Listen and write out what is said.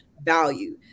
value